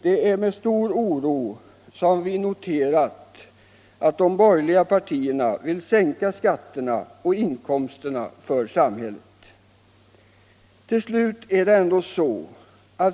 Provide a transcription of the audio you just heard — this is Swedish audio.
Det är med stor oro som vi noterat att de borgerliga partierna vill sänka skatterna för enskilda och inkomsterna för samhället.